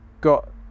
got